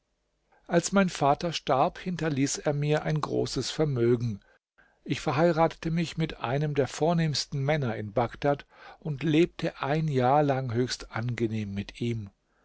als mein vater starb hinterließ er mir ein großes vermögen ich verheiratete mich mit einem der vornehmsten männer in bagdad und lebte ein jahr lang höchst angenehm mit ihm